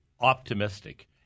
optimistic